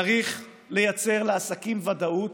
צריך לייצר לעסקים ודאות